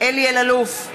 אלי אלאלוף,